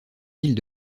villes